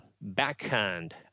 backhand